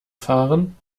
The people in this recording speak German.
fahren